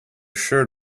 shirt